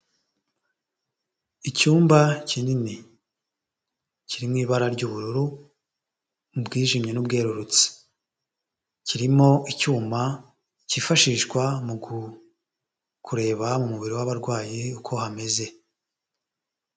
Icyumba kinini kiri mu ibara ry'ubururu, ubwijimye n'umwerurutse, kirimo icyuma cyifashishwa mu kureba mu mubiri w'abarwayi uko hameze.